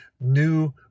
new